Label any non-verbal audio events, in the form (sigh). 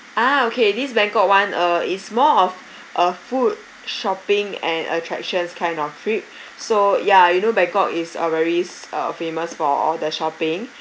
ah okay this bangkok one uh is more of a food shopping and attractions kind of trip (breath) so yeah you know bangkok is a very s~ uh famous for all the shopping (breath)